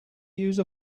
use